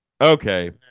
Okay